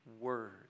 word